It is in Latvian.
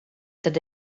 tad